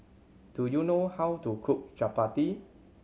do you know how to cook Chapati